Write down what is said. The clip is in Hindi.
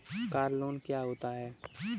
कार लोन क्या होता है?